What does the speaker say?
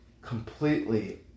completely